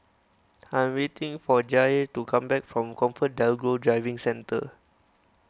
I am waiting for Jair to come back from ComfortDelGro Driving Centre